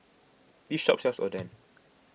this shop sells Oden